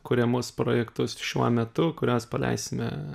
kuriamus projektus šiuo metu kuriuos paleisime